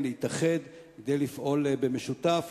ולאפשר את זה בחוק.